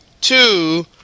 two